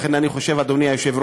לכן, אני חושב, אדוני היושב-ראש,